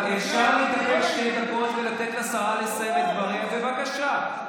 חברת הכנסת בן ארי, בבקשה,